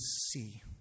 see